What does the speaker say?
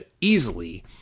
easily